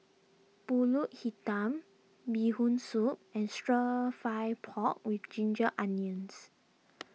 Pulut Hitam Bee Hoon Soup and Stir Fry Pork with Ginger Onions